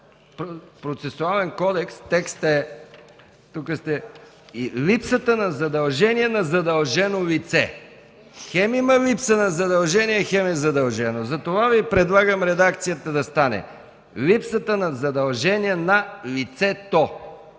процесуален кодекс „липсата на задължения на задължено лице”. Хем има липса на задължения, хем е задължено. Затова Ви предлагам редакцията да стане: „липсата на задължения на лицето”.